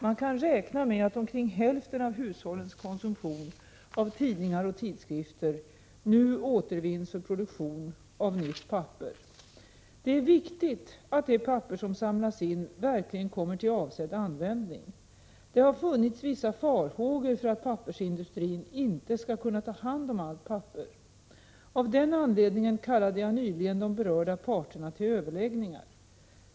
Man kan räkna med att omkring hälften av hushållens konsumtion av tidningar och tidskrifter nu återvinns för produktion av nytt papper. Det är viktigt att det papper som samlas in verkligen kommer till avsedd användning. Det har funnits vissa farhågor för att pappersindustrin inte skall kunna ta hand om allt papper. Av den anledningen kallade jag nyligen de berörda parterna till överläggningar.